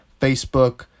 Facebook